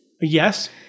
Yes